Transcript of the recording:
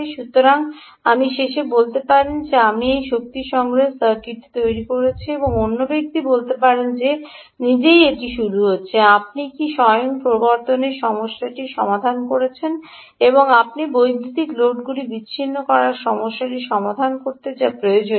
সুতরাং আপনি শেষে বলতে পারেন যে আমি এই শক্তি সংগ্রহের সার্কিটটি তৈরি করছি এবং অন্য ব্যক্তি বলতে পারেন যে নিজেই এটি শুরু হচ্ছে আপনি কি স্বয়ং প্রবর্তনের সমস্যাটি সমাধান করেছেন আপনি বৈদ্যুতিক লোডগুলি বিচ্ছিন্ন করার সমস্যাটি সমাধান করেছেন যা প্রয়োজনীয়